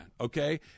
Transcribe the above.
okay